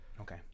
Okay